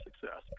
success